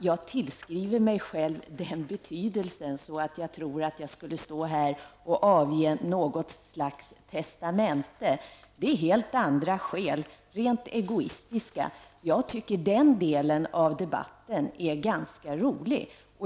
Jag tillskriver inte mig själv en sådan betydelse att jag tror att jag nu skall avge något slags testamente -- det är av helt andra och rent egoistiska skäl som jag vill ta upp en övergripande diskussion: Jag tycker att den delen av debatten är ganska rolig.